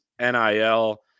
NIL